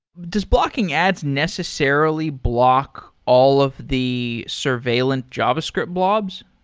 does blocking ads necessarily block all of the surveillant javascript blobs?